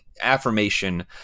affirmation